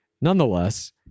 Nonetheless